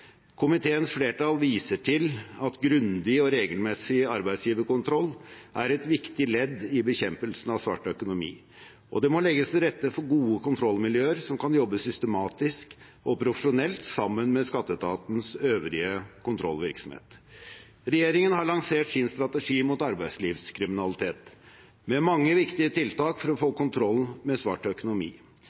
Komiteens flertall viser til at grundig og regelmessig arbeidsgiverkontroll er et viktig ledd i bekjempelsen av svart økonomi, og det må legges til rette for gode kontrollmiljøer som kan jobbe systematisk og profesjonelt sammen med skatteetatens øvrige kontrollvirksomhet. Regjeringen har lansert sin strategi mot arbeidslivskriminalitet med mange viktige tiltak for å få kontroll med svart økonomi.